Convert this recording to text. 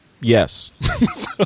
yes